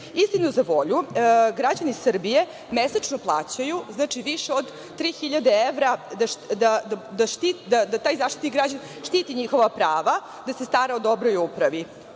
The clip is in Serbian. Istini za volju, građani Srbije mesečno plaćaju više od tri hiljade evra da taj Zaštitnik građana štiti njihova prava, da se stara o dobroj upravi.